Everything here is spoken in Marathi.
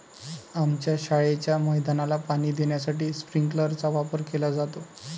आमच्या शाळेच्या मैदानाला पाणी देण्यासाठी स्प्रिंकलर चा वापर केला जातो